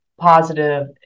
positive